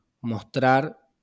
mostrar